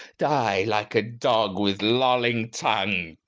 die like a dog with lolling tongue!